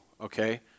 okay